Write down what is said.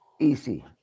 easy